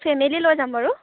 family লৈ যাম বাৰু